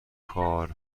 کار